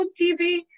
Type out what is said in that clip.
TV